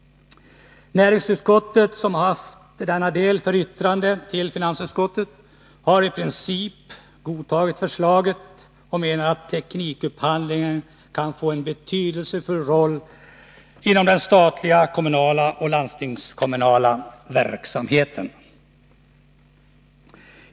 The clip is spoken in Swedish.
Näringsutskottet, som har haft denna del för yttrande, har i princip godtagit förslaget och menar att teknikupphandlingen kan spela en betydelsefull roil inom den statliga, kommunala och landstingskommunala verksamheten.